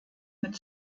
mit